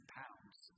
pounds